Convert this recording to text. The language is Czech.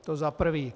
To za prvé.